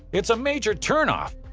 it's a major turn off.